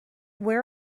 where